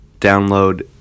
download